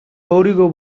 өөрийгөө